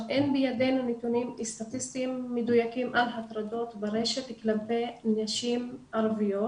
אין בידינו נתונים סטטיסטיים מדויקות על הטרדות ברשת כלפי נשים ערביות,